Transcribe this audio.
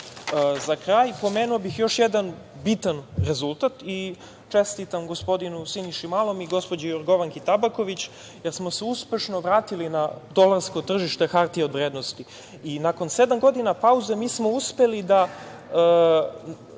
kraj, pomenuo bih još jedan bitan rezultat i čestitam gospodinu Siniši Malom i gospođi Jorgovanki Tabaković, jer smo se uspešno vratili na dolarsko tržište hartija od vrednosti i nakon sedam godina pauze mi smo uspeli da